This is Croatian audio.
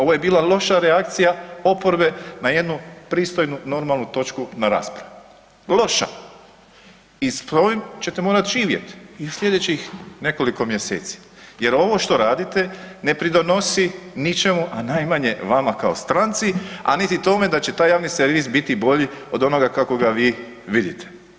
Ovo je bila loša reakcija oporbe na jednu pristojnu normalnu točku na raspravi, loša i s ovim ćete morat živjet i sljedećih nekoliko mjeseci jer ovo što radite ne pridonosi ničemu, a najmanje vama kao stranci, a niti tome da će taj javni servis biti bolji od onoga kako ga vi vidite.